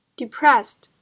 ，depressed